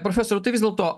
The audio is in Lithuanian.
profesoriau tai vis dėlto